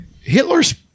hitler's